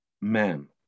man